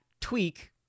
tweak